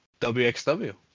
WXW